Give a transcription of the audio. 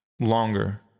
longer